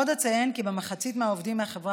עוד אציין כי כמחצית מהעובדים מהחברה